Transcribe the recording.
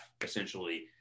essentially